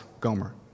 Gomer